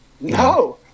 No